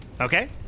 Okay